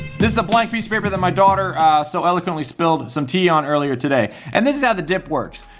this is a blank piece of paper, that my daughter so elegantly spilled some tea on earlier today, and this is how the dip works.